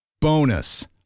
Bonus